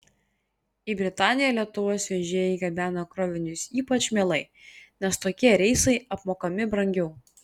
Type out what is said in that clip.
į britaniją lietuvos vežėjai gabena krovinius ypač mielai nes tokie reisai apmokami brangiau